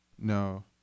No